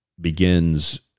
begins